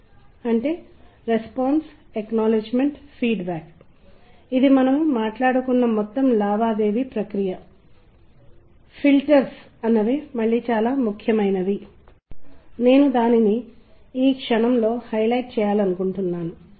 కాబట్టి నేను చెప్పినట్లుగా టెంపో విషయాల అర్థాన్ని మారుస్తుందని మీరు చూస్తారు మరియు సంగీతం సంతోషకరమైన మరియు విచారకరమైన భావోద్వేగాలను తెలియజేయగలదని మీరు కనుగొన్నారు